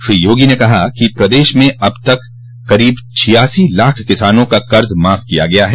श्री योगी ने कहा कि प्रदेश में अब तक करीब छियासी लाख किसानों का कज माफ किया गया है